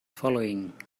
following